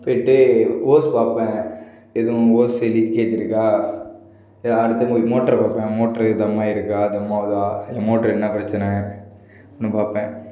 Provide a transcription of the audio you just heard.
போய்விட்டு ஓஸ் பார்ப்பேன் எதுவும் ஓஸ்ஸு லீக்கேஜு இருக்கா நேராக அடுத்து போய் மோட்டர பார்ப்பேன் மோட்ரு தம்மாகி இருக்கா தம்மாகுதா இல்லை மோட்ரு என்ன பிரச்சனை ன்னு பார்ப்பேன்